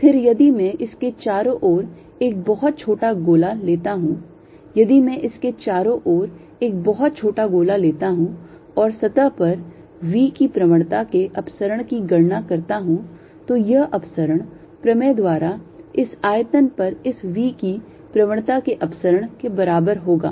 फिर यदि मैं इसके चारों ओर एक बहुत छोटा गोला लेता हूं यदि मैं इसके चारों ओर एक बहुत छोटा गोला लेता हूं और सतह पर V की प्रवणता के अपसरण की गणना करता हूं तो यह अपसरण प्रमेय द्वारा इस आयतन पर इस V की प्रवणता के अपसरण के बराबर होगा